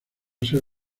ser